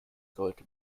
sollte